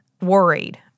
worried